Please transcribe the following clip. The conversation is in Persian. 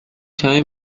کمی